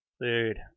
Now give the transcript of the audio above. dude